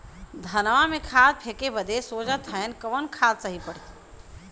धनवा में खाद फेंके बदे सोचत हैन कवन खाद सही पड़े?